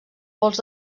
pols